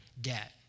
debt